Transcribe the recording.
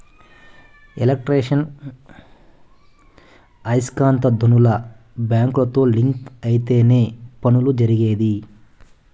electronic ఐస్కాంత ధ్వనులు బ్యాంకుతో లింక్ అయితేనే పనులు జరిగేది